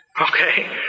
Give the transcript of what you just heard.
Okay